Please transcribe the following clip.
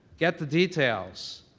get the details.